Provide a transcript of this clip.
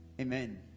Amen